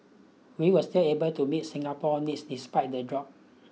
we will still able to meet Singapore needs despite the drop